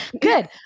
good